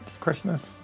Christmas